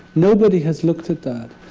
nobody has looked at that.